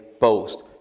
boast